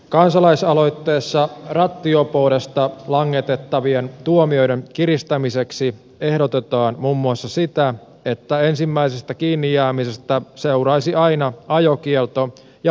kansalaisaloitteessa rattijuoppoudesta langetettavien tuomioiden kiristämiseksi ehdotetaan muun muassa sitä että ensimmäisestä kiinni jäämisestä seuraisi aina ajokielto ja hoitoonohjaus